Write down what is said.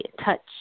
touch